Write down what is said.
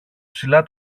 ψηλά